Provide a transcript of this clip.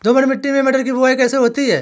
दोमट मिट्टी में मटर की बुवाई कैसे होती है?